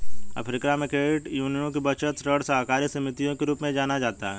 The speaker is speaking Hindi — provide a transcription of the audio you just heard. अफ़्रीका में, क्रेडिट यूनियनों को बचत, ऋण सहकारी समितियों के रूप में जाना जाता है